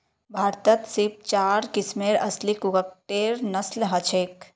भारतत सिर्फ चार किस्मेर असली कुक्कटेर नस्ल हछेक